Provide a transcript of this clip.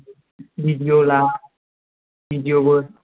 video ला भिडिय'बो